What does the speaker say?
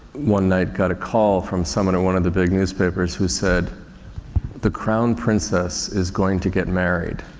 one night got a call from someone at one of the big newspapers who said the crown princess is going to get married.